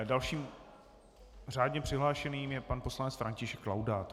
Dalším řádně přihlášeným je pan poslanec František Laudát.